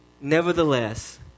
Nevertheless